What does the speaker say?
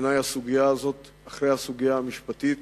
בעיני הסוגיה הזאת, אחרי הסוגיה המשפטית,